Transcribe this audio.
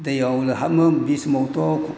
दैयाव लोहामो बे समावथ'